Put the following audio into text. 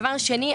דבר שני,